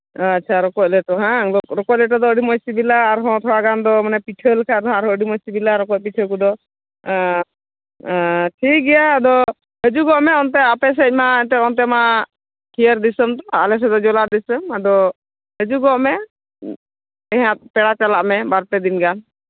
ᱟᱪᱷᱟ ᱨᱚᱠᱚᱡ ᱞᱮᱴᱚ ᱵᱟᱝ ᱨᱚᱠᱚᱡ ᱞᱮᱴᱚ ᱫᱚ ᱟᱹᱰᱤ ᱢᱚᱡᱽ ᱥᱤᱵᱤᱞᱟ ᱟᱨᱦᱚᱸ ᱛᱷᱚᱲᱟ ᱜᱟᱱ ᱫᱚ ᱯᱤᱴᱷᱟᱹ ᱞᱮᱠᱷᱟᱱᱫᱚ ᱟᱹᱰᱤ ᱢᱚᱡᱽ ᱥᱤᱵᱤᱞᱟ ᱨᱚᱠᱚᱡ ᱯᱤᱴᱷᱟᱹ ᱠᱚᱫᱚ ᱴᱷᱤᱠ ᱜᱮᱭᱟ ᱟᱫᱚ ᱦᱤᱡᱩᱜᱚᱜ ᱢᱮ ᱚᱱᱛᱮ ᱟᱯᱮ ᱥᱮᱫ ᱢᱟ ᱮᱱᱛᱮ ᱠᱮᱭᱟᱨ ᱫᱤᱥᱚᱢ ᱛᱚ ᱟᱞᱮ ᱥᱮᱫ ᱫᱚ ᱡᱚᱞᱟ ᱫᱤᱥᱚᱢ ᱟᱫᱚ ᱦᱤᱡᱩᱜᱚᱜ ᱢᱮ ᱦᱮᱸ ᱦᱟᱸᱜ ᱯᱮᱲᱟ ᱪᱟᱞᱟᱜ ᱢᱮ ᱵᱟᱨᱼᱯᱮ ᱫᱤᱱ ᱜᱟᱱ